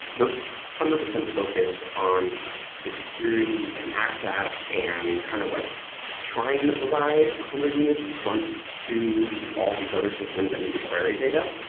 hundred percent focused on the security and access and kind of like trying to provide a homogeneous front to all these other systems that need to query data,